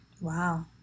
Wow